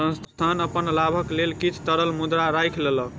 संस्थान अपन लाभक लेल किछ तरल मुद्रा राइख लेलक